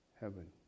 heaven